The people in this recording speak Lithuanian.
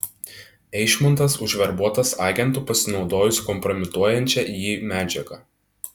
eišmontas užverbuotas agentu pasinaudojus kompromituojančia jį medžiaga